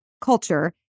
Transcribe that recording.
culture